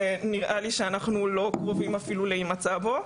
שנראה לי שאנחנו לא קרובים אפילו להימצא בו.